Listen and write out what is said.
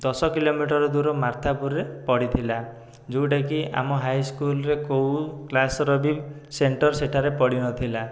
ଦଶ କିଲୋମିଟର୍ ଦୂର ମାର୍ଥାପୁରରେ ପଡ଼ିଥିଲା ଯେଉଁଟାକି ଆମ ହାଇସ୍କୁଲ୍ରେ କେଉଁ କ୍ଲାସ୍ର ବି ସେଣ୍ଟର୍ ସେଠାରେ ପଡ଼ିନଥିଲା